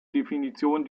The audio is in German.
definition